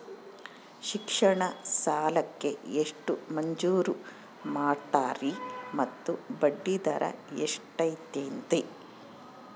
ಶಿಕ್ಷಣ ಸಾಲಕ್ಕೆ ಎಷ್ಟು ಮಂಜೂರು ಮಾಡ್ತೇರಿ ಮತ್ತು ಬಡ್ಡಿದರ ಎಷ್ಟಿರ್ತೈತೆ?